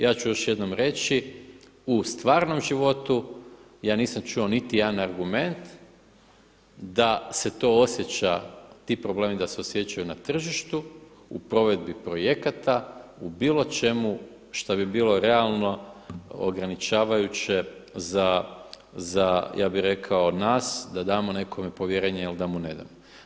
Ja ću još jednom reći, u stvarnom životu ja nisam čuo niti jedan argument da se to osjeća ti problemi da se osjećaju na tržištu u provedbi projekata, u bilo čemu šta bi bilo realno ograničavajuće za ja bi rekao nas da damo nekome povjerenje ili da mu ne damo.